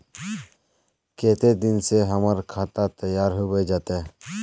केते दिन में हमर खाता तैयार होबे जते?